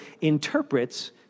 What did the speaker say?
interprets